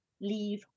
leave